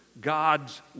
God's